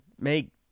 make